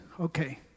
Okay